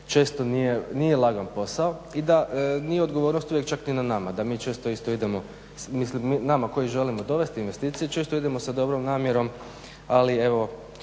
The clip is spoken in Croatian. često nije lagan posao i da nije odgovornost uvijek čak ni na nama, da mi često isto idemo, nama koji želimo dovesti investicije često idemo sa dobrom namjerom ali stvore